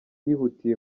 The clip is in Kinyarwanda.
yihutiye